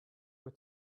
were